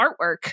artwork